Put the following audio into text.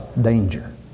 danger